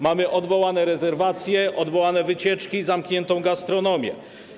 Mamy odwołane rezerwacje, odwołane wycieczki, zamkniętą gastronomię.